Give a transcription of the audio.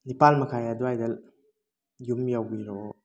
ꯅꯤꯄꯥꯟ ꯃꯈꯥꯏ ꯑꯗꯨꯋꯥꯏꯗ ꯌꯨꯝ ꯌꯧꯕꯤꯔꯛꯑꯣ